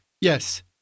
Yes